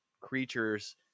creatures